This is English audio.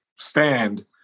Stand